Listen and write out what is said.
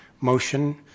Motion